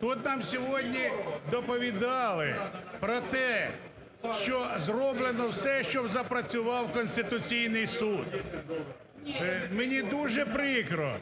Тут нам сьогодні доповідали про те, що зроблено все, щоб запрацював Конституційний Суд. Мені дуже прикро